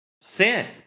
sin